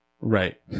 Right